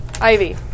Ivy